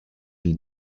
die